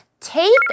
Take